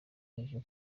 ejo